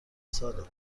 ساله